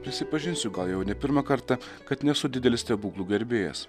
prisipažinsiu gal jau ne pirmą kartą kad nesu didelis stebuklų gerbėjas